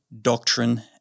doctrine